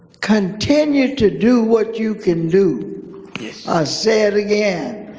continue to do what you can do. yes. i'll say it again.